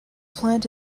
plant